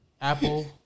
Apple